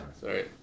Sorry